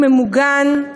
ממוגן,